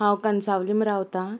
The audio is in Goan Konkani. हांव कांसावलीम रावता